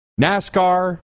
NASCAR